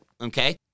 okay